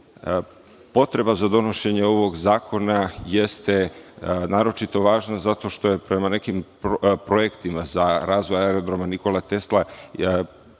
potreba za donošenje ovog zakona jeste naročito važna zato što je, prema nekim projektima za razvoj Aerodroma „Nikola Tesla“,